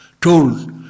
told